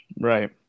Right